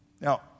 Now